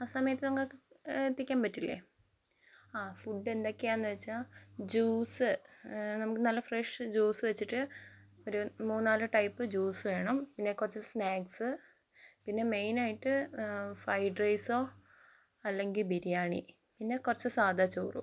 ആ സമയത്ത് നിങ്ങൾക്ക് എത്തിക്കാൻ പറ്റില്ലേ ആ ഫുഡ് എന്തൊക്കെയാന്ന് വെച്ചാൽ ജ്യൂസ് നമുക്ക് നല്ല ഫ്രഷ് ജ്യൂസ് വെച്ചിട്ട് ഒര് മൂന്നാല് ടൈപ്പ് ജ്യൂസ് വേണം പിന്നെ കുറച്ച് സ്നാക്ക്സ് പിന്നെ മെയിനായിട്ട് ഫ്രൈഡ് റൈസോ അല്ലെങ്കിൽ ബിരിയാണി പിന്നെ കുറച്ച് സാധാ ചോറും